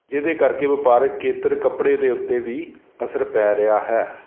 ਜਿਹਦੇ ਕਰਕੇ ਵਪਾਰਕ ਖੇਤਰ ਕੱਪੜੇ ਦੇ ਉੱਤੇ ਵੀ ਅਸਰ ਪੈ ਰਿਹਾ ਹੈ